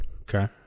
Okay